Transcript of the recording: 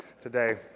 today